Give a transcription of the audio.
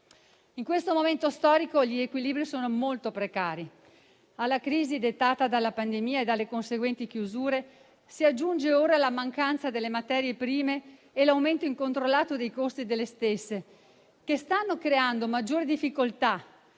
In questo momento storico gli equilibri sono molto precari. Alla crisi dettata dalla pandemia e alle conseguenti chiusure si aggiunge ora la mancanza delle materie prime e l'aumento incontrollato dei costi delle stesse, che stanno creando maggiori difficoltà